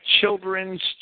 children's